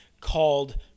called